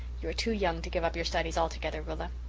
you are too young to give up your studies altogether, rilla.